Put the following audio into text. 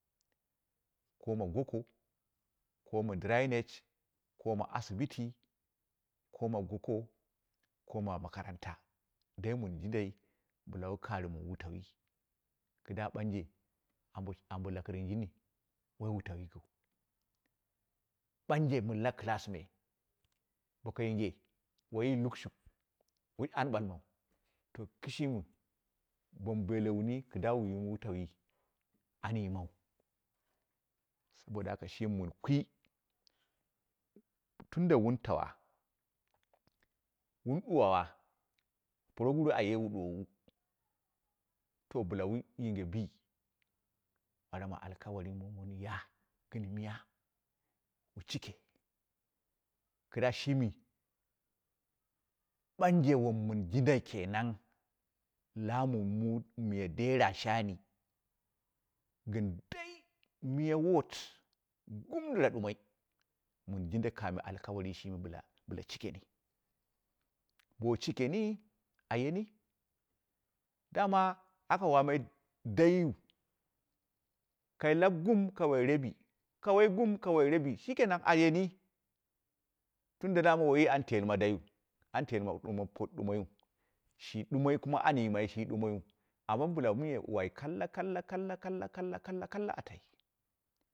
Ko ma goko ko ma dramage, ko ma asibiti ko ma goko, ko ma makaranta dai min jindai bɨla wu karɨmu wu tauwi kɨdda ɓanje, ambo lakɨrjen nini woi wutau yikiu, ɓanje mɨn la elass me bo yinge woiyi lukshuk woi an ɓalmau to kɨshimi bomu beele wuni kɨdda wu yimu wutauwi an yimau saboda haka kɨdda mɨn kwi tunda wun tawa wun ɗuwawa puroguru aye wu ɗuwowu to bɨla wun yinge bi, ɓala ma alkawali mi wun ya, wu cike. Kɨdda shimi ɓanje wom min jindai kenan lamu mu miya dera shani gɨn dai miyol ward gure dɨra ɗumoi, mɨn jinda kamo alkawarii shimi bila cike ni bo cikeni a yeni dama aka waamai daiyu ka lau gum ka wai rebi ka wai dumbom ka wai rebi shi kenan a yeni tunda daman woiyi an telima daiyu shi ɗumoi kuma an yimai shi ɗumoiyu bɨla mɨ wai kaka kalla kalla kalla a tai.